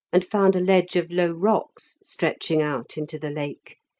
and found a ledge of low rocks stretching out into the lake,